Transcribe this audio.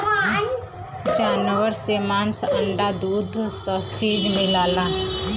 जानवर से मांस अंडा दूध स चीज मिलला